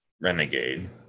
renegade